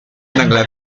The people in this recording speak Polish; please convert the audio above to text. nagle